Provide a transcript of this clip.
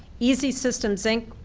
easy systems, inc.